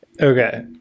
Okay